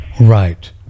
Right